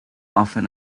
often